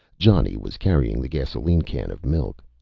johnny was carrying the gasoline can of milk.